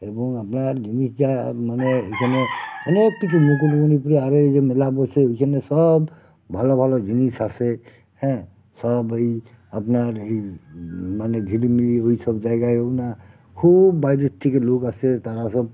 এবং আপনার জিনিস যা মানে এখানে অনেক কিছু মুকুটমণিপুরে আরও এই যে মেলা বসে ওইখানে সব ভালো ভালো জিনিস আসে হ্যাঁ সব ওই আপনার এই মানে ঝিলিমিলি ওই সব জায়গায়ও না খুব বাইরের থেকে লোক আসে তারা সব